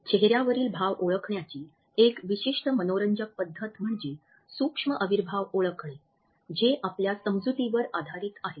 चेहऱ्यावरील भाव ओळखण्याची एक विशिष्ट मनोरंजक पद्धत म्हणजे सूक्ष्म अविर्भाव ओळखणे जे आपल्या समजुतीवर आधारित आहे